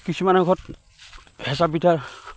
কিছুমানৰ ঘৰত হেঁচা পিঠা